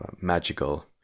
magical